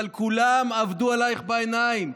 אבל כולם עבדו עלייך בעיניים,